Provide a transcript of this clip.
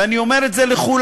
ואני אומר את זה לכולנו,